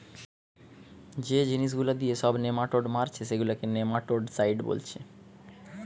যে জিনিস গুলা দিয়ে সব নেমাটোড মারছে সেগুলাকে নেমাটোডসাইড বোলছে